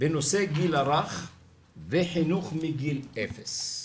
בנושא הגיל הרך וחינוך מגיל אפס.